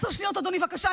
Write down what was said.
עשר שניות, אדוני, בבקשה.